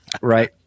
Right